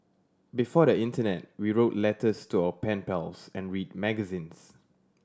before the internet we wrote letters to our pen pals and read magazines